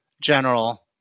general